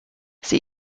sie